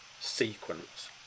sequence